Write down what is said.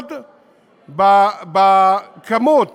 לעמוד בכמות